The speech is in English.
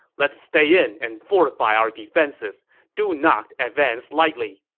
let's stay in and fortify our defenses do not advance lightly.